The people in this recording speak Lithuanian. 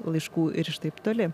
laiškų ir iš taip toli